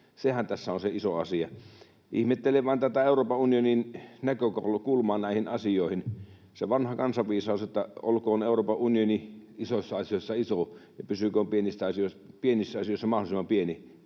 Sehän tässä on se iso asia. Ihmettelen vain tätä Euroopan unionin näkökulmaa näihin asioihin. On vanha kansanviisaus, että olkoon Euroopan unioni isoissa asioissa iso ja pysyköön pienissä asioissa mahdollisimman pienenä.